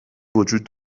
وجود